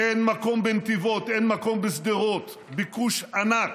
אין מקום בנתיבות, אין מקום בשדרות, ביקוש ענק,